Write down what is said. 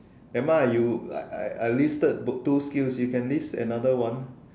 never mind ah you I I listed two skills you can list another one